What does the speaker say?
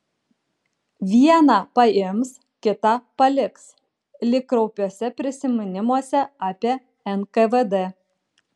vieną paims kitą paliks lyg kraupiuose prisiminimuose apie nkvd